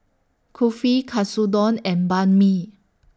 Kulfi Katsudon and Banh MI